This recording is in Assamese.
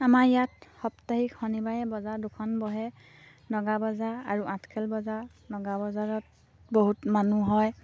আমাৰ ইয়াত সপ্তাহিক শনিবাৰে বজাৰ দুখন বহে নগা বজাৰ আৰু আঠখেল বজাৰ নগা বজাৰত বহুত মানুহ হয়